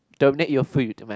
donate your food to man